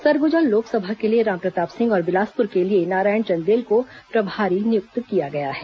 सरगुजा लोकसभा के लिये रामप्रताप सिंह और बिलासपुर के लिये नारायण चंदेल को प्रभारी नियुक्त किया गया है